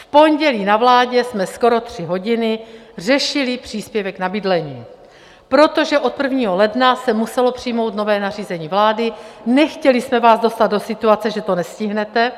V pondělí na vládě jsme skoro tři hodiny řešili příspěvek na bydlení, protože od 1. ledna se muselo přijmout nové nařízení vlády, nechtěli jsme vás dostat do situace, že to nestihnete.